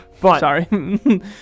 sorry